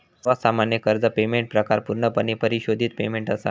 सर्वात सामान्य कर्ज पेमेंट प्रकार पूर्णपणे परिशोधित पेमेंट असा